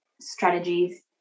strategies